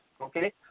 Okay